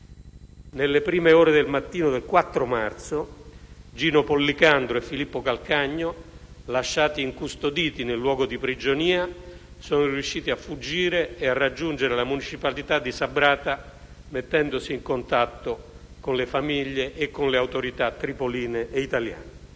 Nelle prime ore del mattino del 4 marzo, Gino Pollicardo e Filippo Calcagno, lasciati incustoditi nel luogo di prigionia, sono riusciti a fuggire e a raggiungere la municipalità di Sabrata, mettendosi in contatto con le famiglie e con le autorità tripoline e italiane.